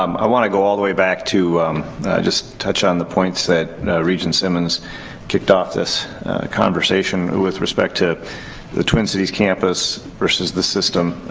um i want to go all the way back to just touch on the points that regent simmons kicked off this conversation with respect to the twin cities campus versus the system.